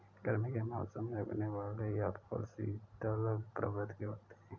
गर्मी के मौसम में उगने वाले यह फल शीतल प्रवृत्ति के होते हैं